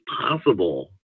possible